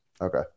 Okay